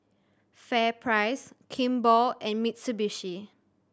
FairPrice Kimball and Mitsubishi